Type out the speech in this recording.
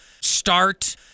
start